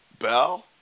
Bell